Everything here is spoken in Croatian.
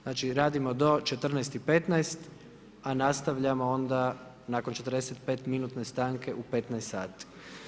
Znači radimo do 14,15 a nastavljamo onda nakon 45 minutne stanke u 15,00 sati.